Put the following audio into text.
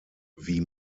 wie